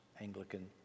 Anglican